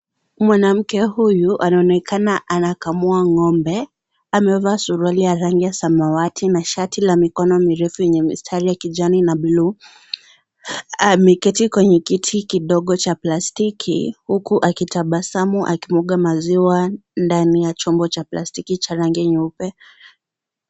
Mwanamke huyu anaonekana anakamua ng'ombe, amevaa suruali ya rangi ya samawati na shati la mikono mirefu la mistari ya kijani na bluu, ameketi kwenye kiti kidogo cha plastiki, huku akitabasamu akimwaga maziwa ndani ya chombo plastiki cha rangi nyeupe.